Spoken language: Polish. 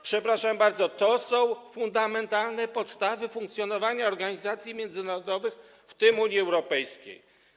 Przepraszam bardzo, ale to są fundamentalne podstawy funkcjonowania organizacji międzynarodowych, w tym Unii Europejskiej.